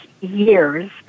years